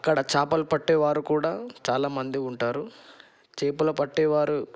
అక్కడ చేపలు పట్టే వారు కూడా చాలా మంది ఉంటారు చేపలు పట్టేవారు